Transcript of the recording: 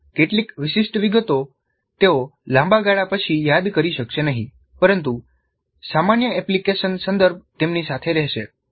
કેટલીક વિશિષ્ટ વિગતો તેઓ લાંબા ગાળા પછી યાદ કરી શકશે નહીં પરંતુ સામાન્ય એપ્લિકેશન સંદર્ભ તેમની સાથે રહેશે